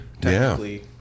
technically